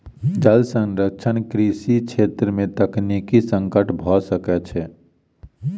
जल संरक्षण कृषि छेत्र में तकनीकी संकट भ सकै छै